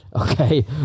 Okay